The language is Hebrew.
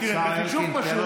השר אלקין,